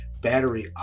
battery